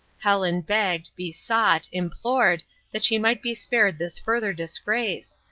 helen begged, besought, implored that she might be spared this further disgrace,